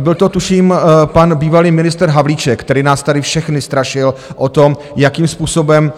Byl to tuším pan bývalý ministr Havlíček, který nás tady všechny strašil o tom, jakým způsobem